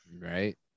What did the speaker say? Right